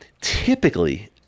typically